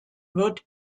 wird